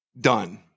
done